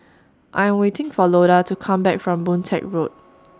I'm waiting For Loda to Come Back from Boon Teck Road